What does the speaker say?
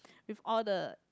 with all the